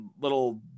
little